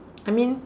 I mean